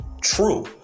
true